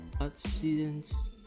accidents